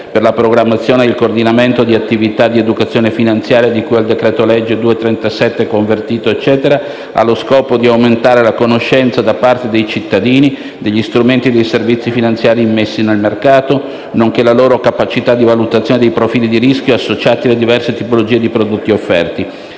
per la programmazione e il coordinamento delle attività di educazione finanziaria, di cui al decreto-legge n. 237, convertito dalla legge n. 15 del 17 febbraio 2017 - allo scopo di aumentare la conoscenza da parte dei cittadini degli strumenti e dei servizi finanziari immessi sul mercato, nonché la loro capacità di valutazione dei profili di rischio associati alle diverse tipologie di prodotti offerti.